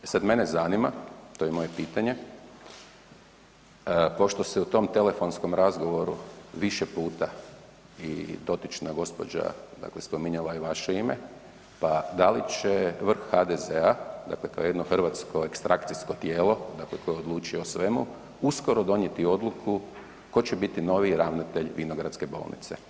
E sada mene zanima, to je moje pitanje, pošto se u tom telefonskom razgovoru više puta i dotična gospođa spominjala je vaše ime, pa da li će vrh HDZ-a dakle kao jedno hrvatsko ekstrakcijsko tijelo koje odlučuje o svemu, uskoro donijeti odluku tko će biti novi ravnatelj Vinogradske bolnice?